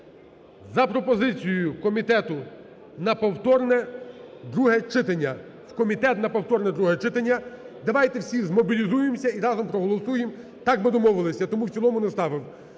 читання. У комітет на повторне друге читання. Давайте всі змобілізуємося і разом проголосуємо. Так ми домовилися, тому в цілому не ставимо.